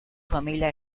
familia